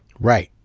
right.